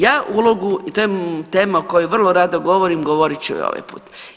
Ja ulogu i to je tema o kojoj vrlo rado govorim, govorit ću i ovaj put.